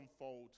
unfold